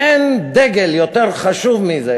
ואין דגל יותר חשוב מזה,